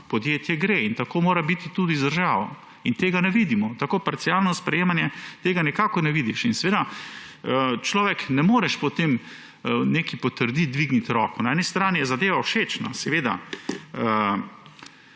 podjetje gre. In tako mora biti tudi z državo. Pa tega ne vidimo, pri tako parcialnem sprejemanju tega nikakor ne vidiš in seveda potem ne moreš nečesa potrditi, dvigniti roke. Na eni strani je zadeva všečna, spuščati